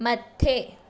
मथे